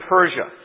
Persia